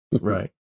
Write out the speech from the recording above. Right